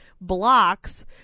blocks